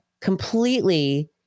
completely